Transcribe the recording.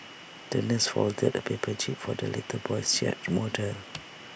the nurse folded A paper jib for the little boy's yacht model